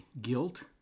guilt